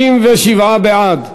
התשע"ד 2014,